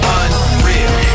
unreal